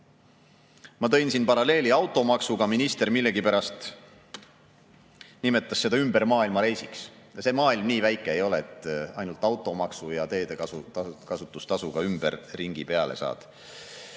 Ma tõin siin paralleeli automaksuga. Minister nimetas seda millegipärast ümbermaailmareisiks. See maailm nii väike ei ole, et ainult automaksu ja teekasutustasuga ringi peale saad.